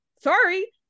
sorry